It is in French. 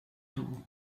tour